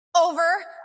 over